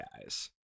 guys